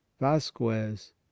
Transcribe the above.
vasquez